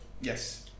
Yes